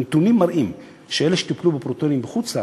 הנתונים על אלה שטופלו בפרוטונים בחוץ-לארץ,